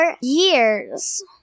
years